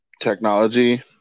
technology